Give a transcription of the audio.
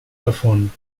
davon